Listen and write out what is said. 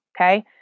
okay